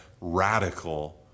radical